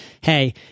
hey